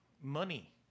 money